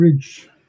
bridge